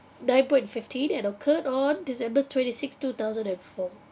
nine point fifteen and occurred on december twenty sixth two thousand and four